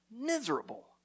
miserable